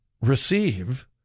receive